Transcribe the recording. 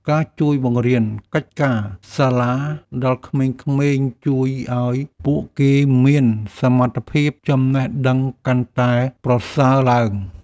ការជួយបង្រៀនកិច្ចការសាលាដល់ក្មេងៗជួយឱ្យពួកគេមានសមត្ថភាពចំណេះដឹងកាន់តែប្រសើរឡើង។